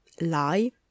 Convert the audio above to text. lie